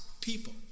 people